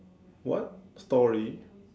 what story